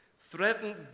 threatened